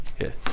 Yes